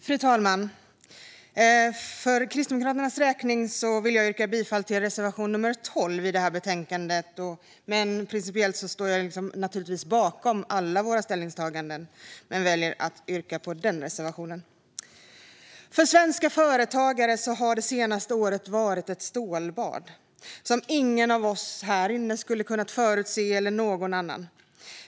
Fru talman! För Kristdemokraternas räkning vill jag yrka bifall till reservation 12 i betänkandet, men principiellt står jag naturligtvis bakom alla våra ställningstaganden. För svenska företagare har det senaste året varit ett stålbad som ingen av oss här i kammaren eller någon annan hade kunnat förutse.